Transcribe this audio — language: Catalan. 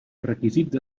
requisits